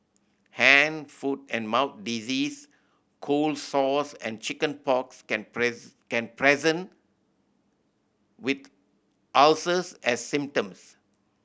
hand foot and mouth disease cold sores and chicken pox can can present with ulcers as symptoms